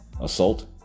assault